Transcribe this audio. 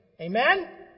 Amen